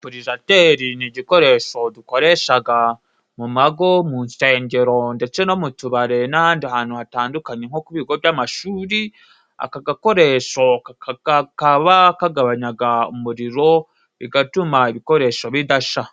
Pulizateri ni igikoresho dukoreshaga mu mago, mu nsengero, ndetse no mu tubare n'ahandi hantu hatandukanye nko bigo by'amashuri ,aka gakoresho kakaba kagabanyaga umuriro bigatuma ibikoresho bidasha.